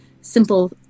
simple